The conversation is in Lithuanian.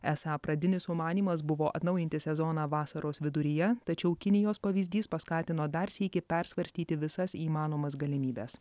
esą pradinis sumanymas buvo atnaujinti sezoną vasaros viduryje tačiau kinijos pavyzdys paskatino dar sykį persvarstyti visas įmanomas galimybes